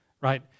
right